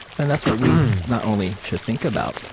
then that's what we not only should think about,